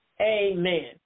Amen